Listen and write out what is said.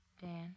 Dan